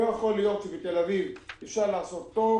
לא יכול להיות שבתל אביב אפשר שיהיה תור